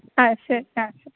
ആ ശരി ആ ശരി